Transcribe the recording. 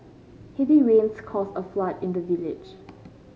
heavy rains caused a flood in the village